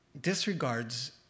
disregards